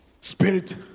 Spirit